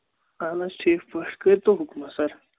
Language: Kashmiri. اہن حظ ٹھیٖک پٲٹھۍ کٔرۍ تو حُکم سَر